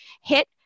hit